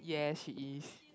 yes she is